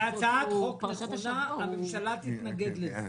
זו הצעת חוק נכונה, הממשלה תתנגד לזה.